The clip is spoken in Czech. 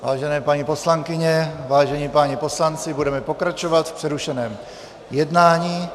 Vážené paní poslankyně, vážení páni poslanci, budeme pokračovat v přerušeném jednání.